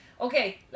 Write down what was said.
okay